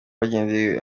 bagendeye